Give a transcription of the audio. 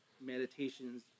meditations